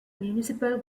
municipal